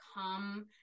come